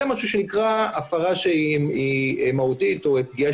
זה משהו שנקרא הפרה שהיא מהותית או פגיעה